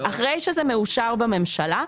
אחרי שזה מאושר בממשלה,